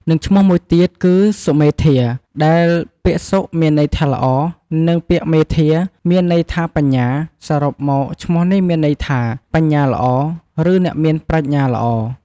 និងឈ្មោះមួយទៀតគឺសុមេធា ដែលពាក្យសុ មានន័យថាល្អ និងពាក្យមេធា មានន័យថាបញ្ញា សរុបមកឈ្មោះនេះមានន័យថា បញ្ញាល្អ ឬអ្នកមានប្រាជ្ញាល្អ។